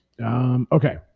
Okay